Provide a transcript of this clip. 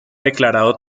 declarado